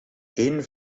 eén